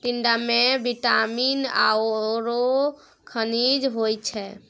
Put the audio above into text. टिंडामे विटामिन आओर खनिज होइत छै